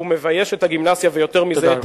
הוא מבייש את עצמו.